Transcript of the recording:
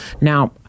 Now